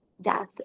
death